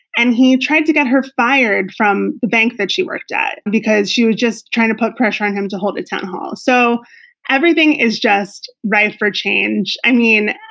and he tried to get her fired from the bank that she worked at because she was just trying to put pressure on him to hold a town hall. so everything is just ready for change. i mean,